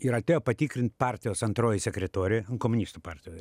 ir atėjo patikrint partijos antroji sekretorė komunistų partijo